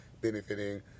benefiting